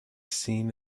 seen